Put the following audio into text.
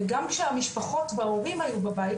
גם כשהמשפחות וההורים היו בבית,